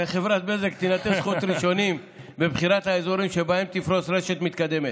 לחברת בזק תינתן זכות ראשונים בבחירת האזורים שבהם תפרוס רשת מתקדמת.